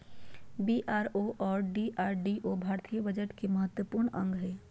BRO और DRDO भारतीय budget के महत्वपूर्ण अंग हय